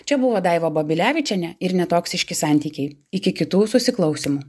čia buvo daiva babilevičienė ir netoksiški santykiai iki kitų susiklausymų